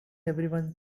everyone